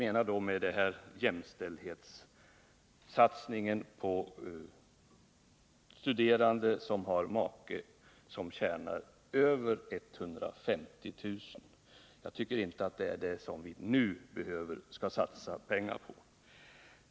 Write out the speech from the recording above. Jag avser jämställdhetssatsningen på studerande som har make som tjänar över 150 000 kr. Jag tycker inte det är det som vi nu skall satsa pengar på.